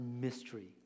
mystery